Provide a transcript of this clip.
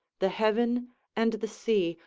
the heaven and the sea,